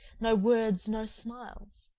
no words, no smiles.